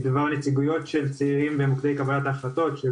לדבר נציגויות של צעירים במוקדי קבלת ההחלטות השונים,